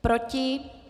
Proti?